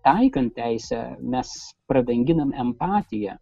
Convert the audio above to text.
taikant teisę mes pradanginam empatiją